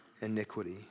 iniquity